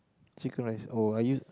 chicken rice oh I use